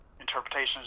interpretations